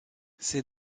ces